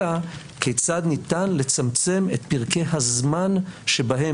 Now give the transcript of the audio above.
אלא כיצד ניתן לצמצם את פרקי הזמן שבהם